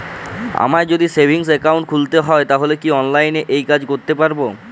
আমায় যদি savings account খুলতে হয় তাহলে কি অনলাইনে এই কাজ করতে পারবো?